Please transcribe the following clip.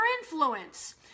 influence